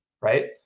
right